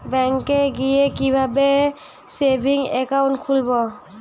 ব্যাঙ্কে গিয়ে কিভাবে সেভিংস একাউন্ট খুলব?